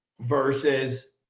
versus